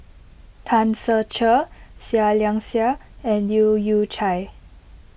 Tan Ser Cher Seah Liang Seah and Leu Yew Chye